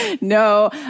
No